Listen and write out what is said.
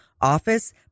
office